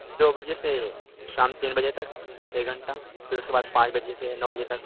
دو بجے سے شام تین بجے تک ایک گھنٹہ پھر اس کے بعد پانچ بجے سے نو بجے تک